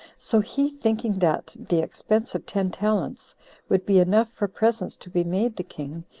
so he thinking that the expense of ten talents would be enough for presents to be made the king,